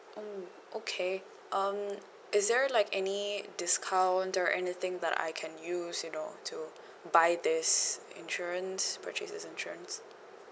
mm okay um is there like any discount or anything that I can use you know to buy this insurance purchase this insurance